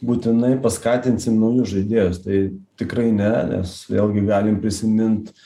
būtinai paskatinsim naujus žaidėjus tai tikrai ne nes vėlgi galim prisimint